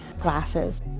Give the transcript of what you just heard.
glasses